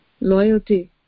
Loyalty